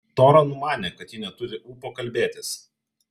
tora numanė kad ji neturi ūpo kalbėtis